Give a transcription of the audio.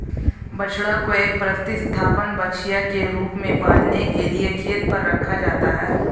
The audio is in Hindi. बछड़ा को एक प्रतिस्थापन बछिया के रूप में पालने के लिए खेत पर रखा जाता है